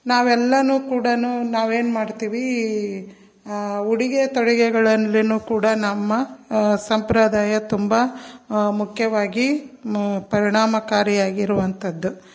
ನಾವೆಲ್ಲರೂ ಕೂಡ ನಾವೇನು ಮಾಡ್ತೀವಿ ಉಡುಗೆ ತೊಡುಗೆಗಳಲ್ಲಿಯೂ ಕೂಡ ನಮ್ಮ ಸಂಪ್ರದಾಯ ತುಂಬ ಮುಖ್ಯವಾಗಿ ಪರಿಣಾಮಕಾರಿಯಾಗಿರುವಂಥದ್ದು